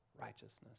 righteousness